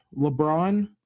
LeBron